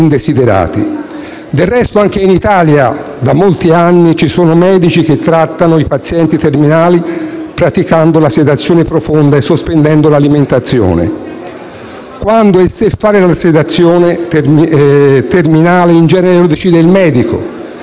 Quando e se fare la sedazione terminale in genere lo decide il medico, senza alcuna alleanza terapeutica con il paziente che non è più in grado di decidere, e spesso d'intesa con i famigliari che non sopportano più di vedere il proprio caro soffrire senza speranza.